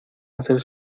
hacer